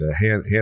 hand